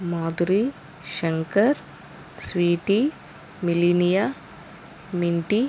Madhuri Shankar Sweety Millennia మింటి